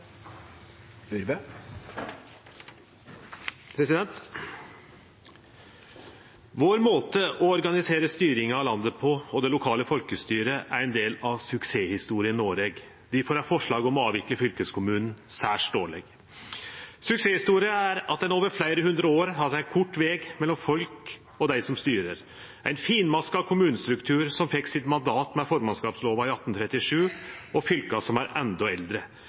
Vår måte å organisere styringa av landet og det lokale folkestyret på er ein del av suksesshistoria Noreg. Difor er forslaget om å avvikle fylkeskommunen særs dårleg. Suksesshistoria er at ein over fleire hundre år har hatt kort veg mellom folk og dei som styrer, ein finmaska kommunestruktur – som fekk sitt mandat med formannskapslovene av 1837 – og fylka, som er endå eldre.